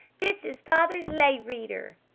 this is father's lay reader!